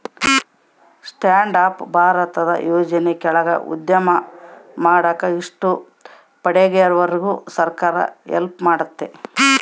stand up ಭಾರತದ ಯೋಜನೆ ಕೆಳಾಗ ಉದ್ಯಮ ಮಾಡಾಕ ಇಷ್ಟ ಪಡೋರ್ಗೆ ಸರ್ಕಾರ ಹೆಲ್ಪ್ ಮಾಡ್ತತೆ